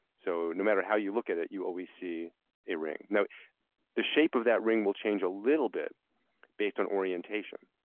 so no matter how you look at it, you always see a ring. the shape of that ring will change a little bit based on orientation.